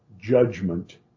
judgment